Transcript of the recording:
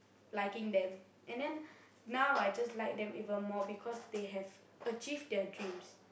liking them and then now I just like them even more because they have achieved their dreams